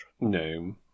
No